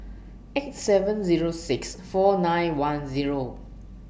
eight seven Zero six four nine one Zero